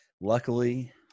luckily